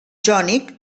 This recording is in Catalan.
jònic